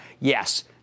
yes